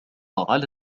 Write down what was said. على